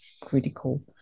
critical